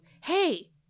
Hey